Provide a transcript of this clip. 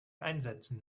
einsetzen